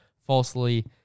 falsely